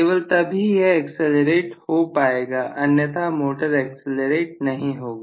केवल तभी यह एक्सलरेट हो पाएगा अन्यथा मोटर एक्सीलरेट नहीं होगी